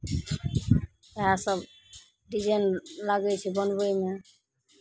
इएह सभ डिजाइन लागै छै बनबैमे